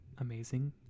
amazing